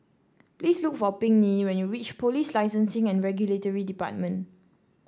please look for Pinkney when you reach Police Licensing and Regulatory Department